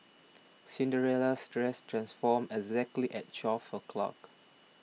Cinderella's dress transformed exactly at twelve o' clock